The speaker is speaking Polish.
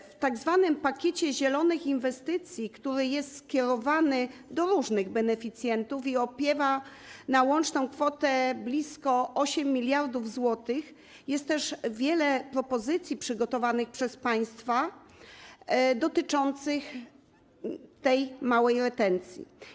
W tzw. pakiecie zielonych inwestycji, który jest skierowany do różnych beneficjentów i opiewa na łączną kwotę blisko 8 mld zł, jest też wiele przygotowanych przez państwa propozycji dotyczących tej małej retencji.